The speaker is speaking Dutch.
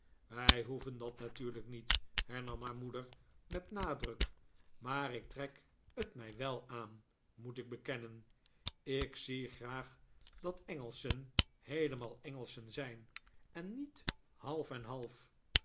wij hoeven dat natuurlijk niet hernam haar moeder met nadruk maar ik trek het mij wel aan moet ik bekennen ik zie graag dat engelschen heelemaal engelschen zijn en niet half en half